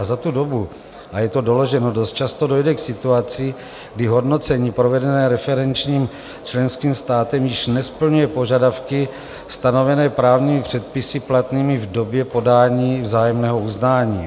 Za tu dobu a je to doloženo dost často dojde k situaci, kdy hodnocení provedené referenčním členským státem již nesplňuje požadavky stanovené právními předpisy platnými v době podání vzájemného uznání.